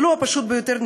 ולו הפשוט ביותר,